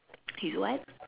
he's what